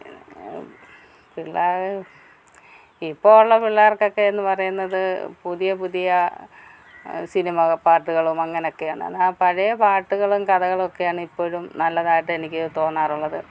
പിള്ളേർ ഇപ്പോൾ ഉള്ള പിള്ളേർക്കൊക്കെ എന്ന് പറയുന്നത് പുതിയ പുതിയ സിനിമ പാട്ടുകളും അങ്ങനെയൊക്കെയാണ് ആ പഴയ പാട്ടുകളും കഥകളും ഒക്കെയാണ് ഇപ്പോഴും നല്ലതായിട്ട് എനിക്ക് തോന്നാറുള്ളത്